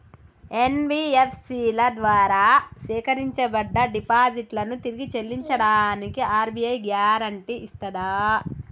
NBFC ల ద్వారా సేకరించబడ్డ డిపాజిట్లను తిరిగి చెల్లించడానికి ఆర్.బి.ఐ గ్యారెంటీ ఇస్తదా?